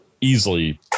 Easily